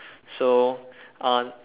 so uh